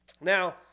Now